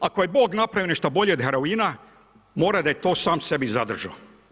Ako je bog napravio nešto bolje od heroina mora da je to sam sebi zadržao.